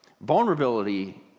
Vulnerability